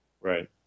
Right